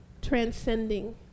transcending